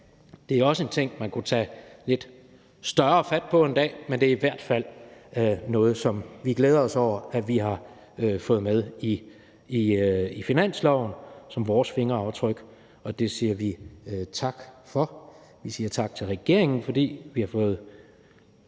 Det er også en ting, man kunne tage lidt mere fat på en dag, men det er i hvert fald noget, som vi glæder os over at vi har fået med i finansloven som vores fingeraftryk, og det siger vi tak for. Vi siger tak til regeringen, fordi vi har fået